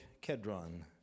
Kedron